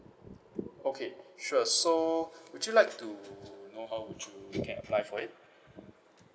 okay sure so would you like to know how would you can apply for it